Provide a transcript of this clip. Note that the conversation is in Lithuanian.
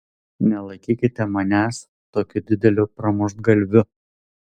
nelaikykite manęs tokiu dideliu pramuštgalviu